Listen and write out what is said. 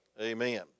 Amen